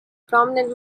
prominent